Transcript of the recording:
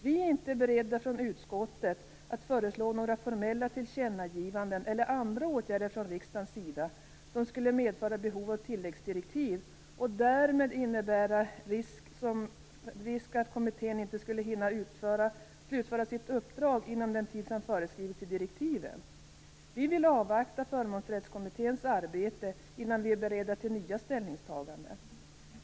Vi i utskottet är inte beredda att föreslå några formella tillkännagivanden eller vidta andra åtgärder från riksdagens sida som skulle medföra behov av tilläggsdirektiv och därmed innebära en risk för att kommittén inte skulle hinna slutföra sitt uppdrag inom den tid som föreskrivits i direktiven. Vi vill avvakta resultatet av Förmånsrättskommitténs arbete innan vi är beredda till nya ställningstaganden.